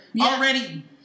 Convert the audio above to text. already